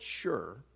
sure